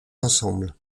ensembles